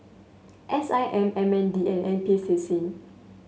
S I M M N D and N P C C